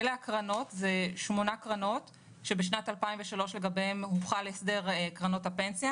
אלה שמונה קרנות שבשנת 2003 הוחל לגביהן הסדר קרנות הפנסיה.